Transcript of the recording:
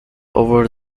over